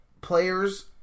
players